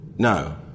No